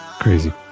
crazy